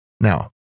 Now